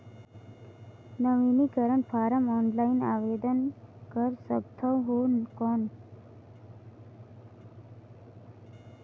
नवीनीकरण form offline आवेदन कर सकत हो कौन?